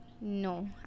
No